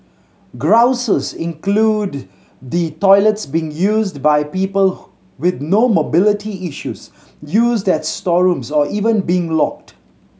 grouses include the toilets being used by people with no mobility issues used as storerooms or even being locked